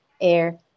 air